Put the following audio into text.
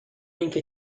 اینکه